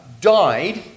died